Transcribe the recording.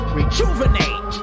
Rejuvenate